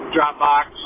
Dropbox